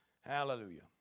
hallelujah